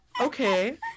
okay